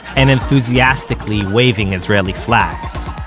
and enthusiastically waving israeli flags.